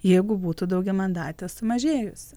jeigu būtų daugiamandatė sumažėjusi